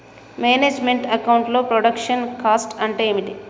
Manage meant account లో production cost అంటే ఏమిటి?